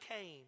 came